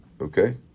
Okay